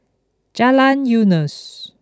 Jalan Eunos